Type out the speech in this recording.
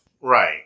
Right